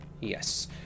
Yes